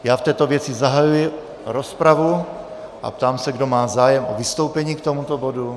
Já v této věci zahajuji rozpravu a ptám se, kdo má zájem o vystoupení k tomuto bodu.